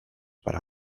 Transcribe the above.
para